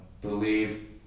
believe